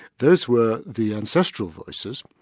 those were the ancestral voices.